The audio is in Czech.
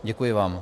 Děkuji vám.